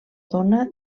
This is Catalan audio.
dóna